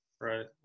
Right